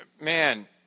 man